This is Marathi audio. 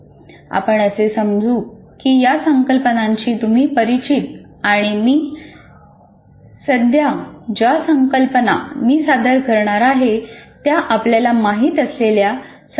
आपण असे समजू की या संकल्पनांशी तुम्ही परिचित आणि मी सध्या ज्या संकल्पना मी सादर करणार आहे त्या आपल्याला माहित असलेल्या संकल्पनांशी परिचित आहेत